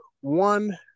one